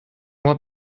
what